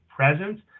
presence